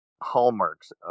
hallmarks